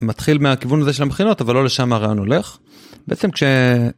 מתחיל מהכיוון הזה של המכינות אבל לא לשם הרעיון הולך, בעצם כש...